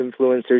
influencers